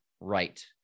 right